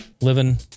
living